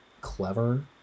clever